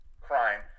crime